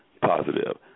positive